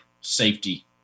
safety